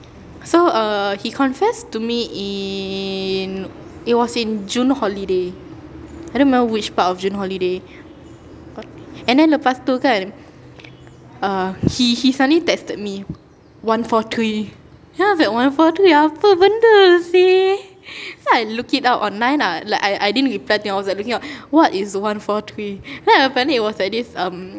so err he confessed to me in it was in june holiday I don't remember which part of june holiday and then lepas tu kan uh he he suddenly texted me one four three then I was like one four three apa benda seh so I look it up online lah like I I didn't reply I was like looking up what is one four three then apparently it was like this um